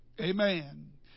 Amen